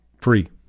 Free